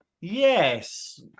yes